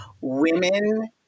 women